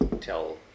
tell